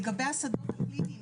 לגבי השדות הקליניים,